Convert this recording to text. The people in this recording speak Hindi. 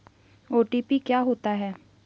ओ.टी.पी क्या होता है?